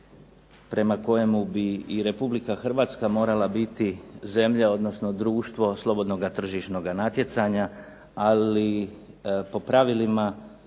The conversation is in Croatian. prema kojemu bi i RH morala biti zemlja, odnosno društvo slobodnoga tržišnog natjecanja. Ali po pravilima